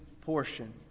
portion